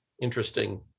interesting